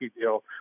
deal